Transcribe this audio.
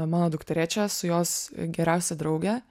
mano dukterėčia su jos geriausia drauge